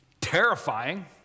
terrifying